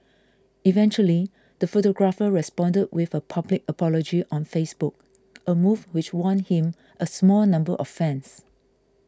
eventually the photographer responded with a public apology on Facebook a move which won him a small number of fans